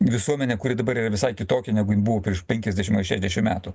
visuomenę kuri dabar yra visai kitokia negu ji buvo prieš penkiasdešim ar šešiasdešim metų